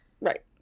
Right